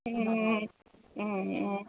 অঁ